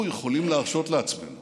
אנחנו יכולים להרשות לעצמנו